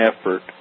effort